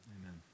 Amen